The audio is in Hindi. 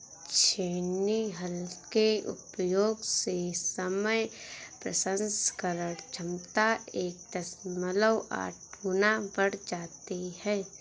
छेनी हल के उपयोग से समय प्रसंस्करण क्षमता एक दशमलव आठ गुना बढ़ जाती है